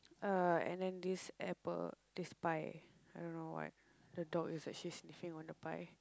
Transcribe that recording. uh and then this apple this pie I don't know what the dog is actually sniffing on the pie